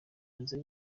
nzu